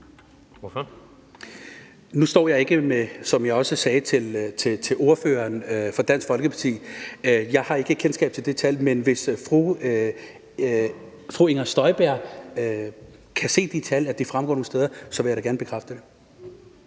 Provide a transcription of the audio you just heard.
(ALT): Nu har jeg, som jeg også sagde til ordføreren for Dansk Folkeparti, ikke kendskab til det tal. Men hvis fru Inger Støjberg kan se, at det noget sted fremgår af de tal, vil jeg da gerne bekræfte det.